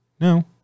No